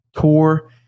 Tour